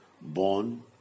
born